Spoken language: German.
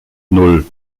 nan